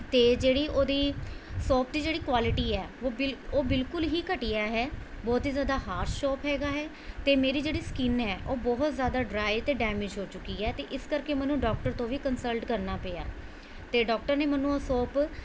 ਅਤੇ ਜਿਹੜੀ ਉਹਦੀ ਸੋਪ ਦੀ ਜਿਹੜੀ ਕੁਆਲਿਟੀ ਹੈ ਉਹ ਬਿਲ ਉਹ ਬਿਲਕੁਲ ਹੀ ਘਟੀਆ ਹੈ ਬਹੁਤ ਹੀ ਜ਼ਿਆਦਾ ਹਾਰਸ਼ ਸ਼ੋਪ ਹੈਗਾ ਹੈ ਅਤੇ ਮੇਰੀ ਜਿਹੜੀ ਸਕਿੰਨ ਹੈ ਉਹ ਬਹੁਤ ਜ਼ਿਆਦਾ ਡਰਾਈ ਅਤੇ ਡੈਮਿਜ਼ ਹੋ ਚੁੱਕੀ ਹੈ ਅਤੇ ਇਸ ਕਰਕੇ ਮੈਨੂੰ ਡੋਕਟਰ ਤੋਂ ਵੀ ਕੰਸਲਟ ਕਰਨਾ ਪਿਆ ਅਤੇ ਡੋਕਟਰ ਨੇ ਮੈਨੂੰ ਉਹ ਸੋਪ